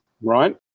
right